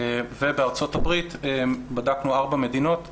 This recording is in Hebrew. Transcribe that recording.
בארצות הברית בדקנו ארבע מדינות,